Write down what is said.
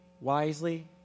wisely